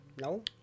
no